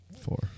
Four